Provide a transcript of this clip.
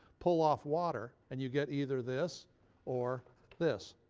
pull off water, and you get either this or this.